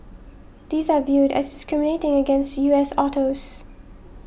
these are viewed as discriminating against U S autos